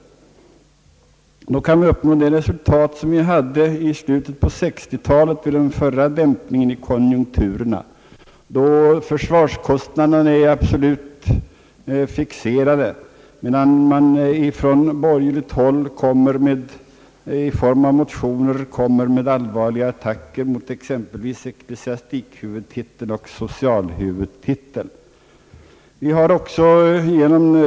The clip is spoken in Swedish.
Då kan man uppnå som resultat det läge vi hade i slutet av 1960 talet vid den förra dämpningen av konjunkturen, att försvarskostnaderna är absolut fixerade, men från borgerligt håll kommer man i form av motioner med allvarliga attacker mot exempelvis ecklesiastikhuvudtiteln och socialhuvudtitein.